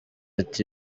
ati